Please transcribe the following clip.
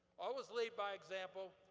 always lead by example.